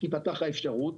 תיפתח האפשרות,